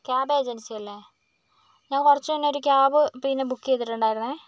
cab agency അല്ലെ ഞാൻ കുറച്ച് മുന്നെ ഒരു ക്യാബ് പിന്നെ ബുക്ക് ചെയ്തിട്ടുണ്ടായിരുന്നെ